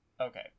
Okay